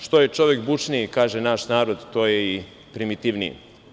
Što je čovek bušniji, kaže naš narod, to je i primitivniji.